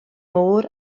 môr